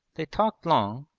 they talked long,